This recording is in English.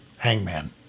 hangman